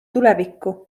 tulevikku